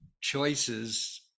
choices